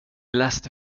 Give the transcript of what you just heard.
läste